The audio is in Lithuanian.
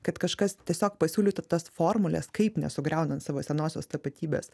kad kažkas tiesiog pasiūlytų tas formules kaip nesugriaunant savo senosios tapatybės